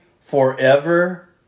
forever